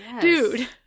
Dude